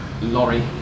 lorry